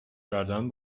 کردن